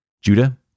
Judah